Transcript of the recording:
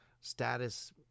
status